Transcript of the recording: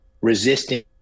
resisting